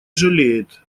жалеет